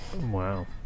Wow